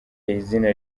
izina